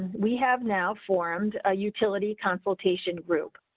we have now formed a utility consultation group.